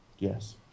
Yes